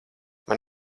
man